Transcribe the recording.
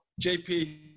JP